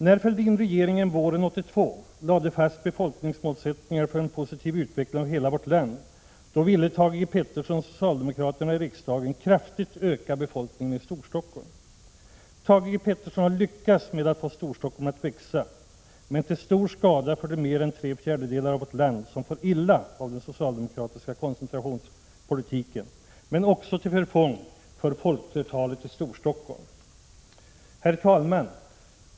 När Fälldinregeringen våren 1982 lade fast befolkningsmålsättningarna för en positiv utveckling av hela vårt land, ville Thage G. Peterson och socialdemokraterna i riksdagen kraftigt öka befolkningen i Storstockholm. Thage G. Peterson har lyckats med att få Storstockholm att växa, till stor skada för de mer än tre fjärdedelar av vårt land som far illa av den socialdemokratiska koncentrationspolitiken men också till förfång för folkflertalet i Storstockholm. Herr talman!